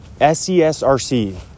SESRC